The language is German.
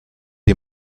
ihr